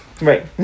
Right